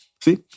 See